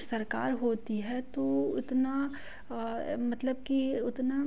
सरकार होती है तो इतना मतलब कि उतना